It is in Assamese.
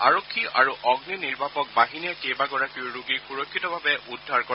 আৰক্ষী আৰু অগ্নি নিৰ্বাপক বাহিনীয়ে কেইবাগৰাকীও ৰোগীক সুৰক্ষিত ভাৱে উদ্ধাৰ কৰে